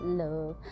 love